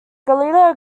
galileo